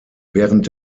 während